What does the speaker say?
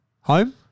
Home